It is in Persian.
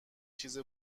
چیز